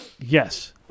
Yes